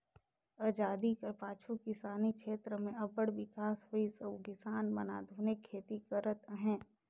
अजादी कर पाछू किसानी छेत्र में अब्बड़ बिकास होइस अउ किसान मन आधुनिक खेती करत अहें